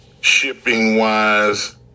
Shipping-wise